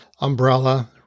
umbrella